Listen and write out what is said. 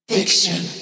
Fiction